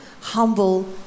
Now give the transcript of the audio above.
humble